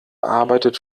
arbeitet